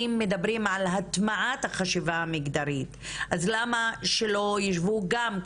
אם מדברים על הטמעת החשיבה המגדרית אז למה שלא ישבו גם,